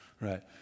Right